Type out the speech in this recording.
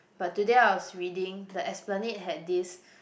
but today I was reading the Esplanade had this